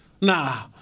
Nah